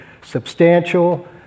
substantial